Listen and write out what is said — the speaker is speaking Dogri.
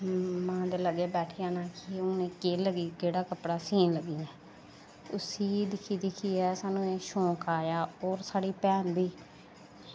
मां दे लाग्गै बैठी जाना कि हून केह्ड़ा कपड़ा सीन लग्गी ऐ उस्सी दिक्खी दिक्खियै सानूं शौंक आया होर साढ़ी भैन बी